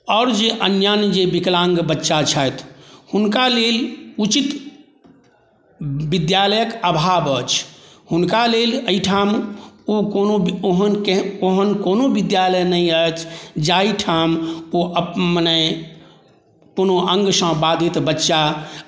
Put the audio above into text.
आओर जे अन्यान्य जे विकलाङ्ग बच्चा छथि हुनका लेल उचित विद्यालयके अभाव अछि हुनका लेल एहिठाम ओ कोनो ओहन ओहन कोनो विद्यालय नहि अछि जाहिठाम ओ मने कोनो अङ्गसँ बाधित बच्चा